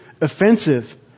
offensive